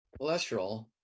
cholesterol